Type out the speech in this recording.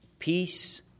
Peace